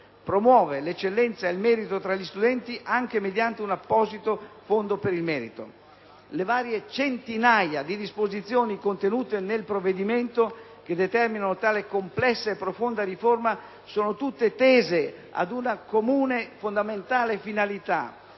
Promuove l'eccellenza e il merito tra gli studenti, anche mediante un apposito fondo per il merito. Le varie centinaia di disposizioni contenute nel provvedimento, che determinano tale complessa e profonda riforma, sono tutte tese ad una comune fondamentale finalità,